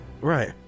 Right